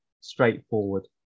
straightforward